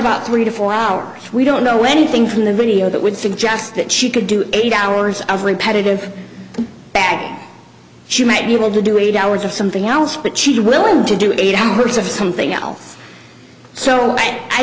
about three to four hours we don't know anything from the video that would suggest that she could do eight hours of repetitive bag she might be able to do eight hours of something else but she's willing to do eight hours of something else so i